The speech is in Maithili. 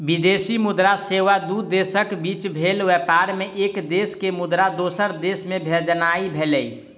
विदेशी मुद्रा सेवा दू देशक बीच भेल व्यापार मे एक देश के मुद्रा दोसर देश मे भेजनाइ भेलै